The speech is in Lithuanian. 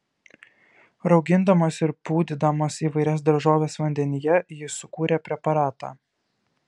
raugindamas ir pūdydamas įvairias daržoves vandenyje jis sukūrė preparatą